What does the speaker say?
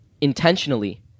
intentionally